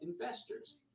investors